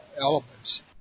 elements